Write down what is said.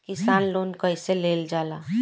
किसान लोन कईसे लेल जाला?